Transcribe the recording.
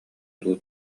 дуу